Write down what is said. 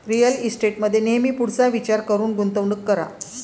real इस्टेटमध्ये नेहमी पुढचा विचार करून गुंतवणूक करा